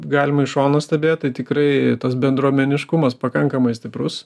galima iš šono stebėt tai tikrai tas bendruomeniškumas pakankamai stiprus